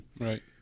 Right